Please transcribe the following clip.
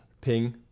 ping